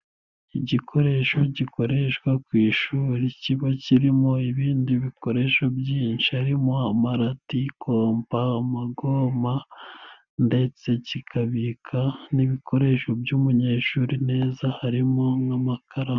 Igikoresho gikoreshwa ku ishuri kiba kirimo ibindi bikoresho byinshi harimo: amarati, kompa, amagoma ndetse kikabika n'ibikoresho by'umunyeshuri neza harimo nk'amakaramu.